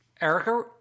Erica